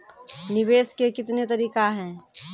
निवेश के कितने तरीका हैं?